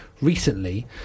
recently